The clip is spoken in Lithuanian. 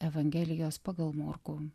evangelijos pagal morkų